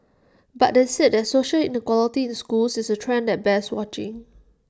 but they said that social inequality in schools is A trend that bears watching